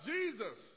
Jesus